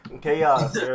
chaos